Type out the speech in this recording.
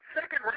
second